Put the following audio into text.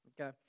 okay